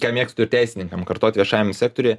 ką mėgstu ir teisininkam kartoti viešajam sektoriuije